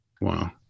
Wow